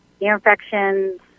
infections